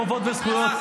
בחובות וזכויות,